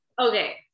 Okay